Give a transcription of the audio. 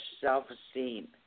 self-esteem